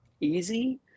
easy